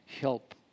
help